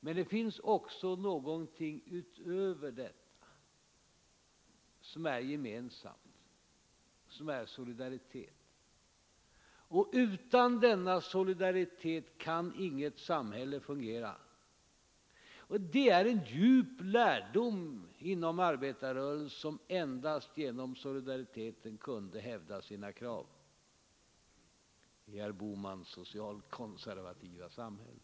Men det finns också någonting utöver detta, som är gemensamt, som är solidaritet, och utan denna solidaritet kan inget samhälle fungera. Det är en djup lärdom inom arbetarrörelsen, som endast genom solidariteten kunde hävda sina krav i herr Bohmans socialkonservativa samhälle.